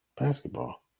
basketball